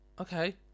okay